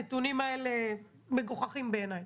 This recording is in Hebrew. הנתונים האלה מגוחכים בעיניי.